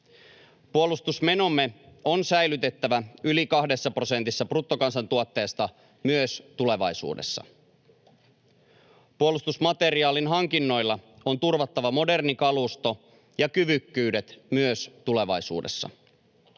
Puolustusmenomme on säilytettävä yli kahdessa prosentissa bruttokansantuotteesta myös tulevaisuudessa. Puolustusmateriaalin hankinnoilla on turvattava moderni kalusto ja kyvykkyydet myös tulevaisuudessa.